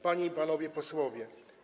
Panie i Panowie Posłowie!